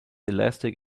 elastic